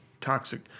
toxic